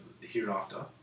Hereafter